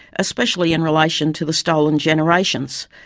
especially in relation to the stolen generations,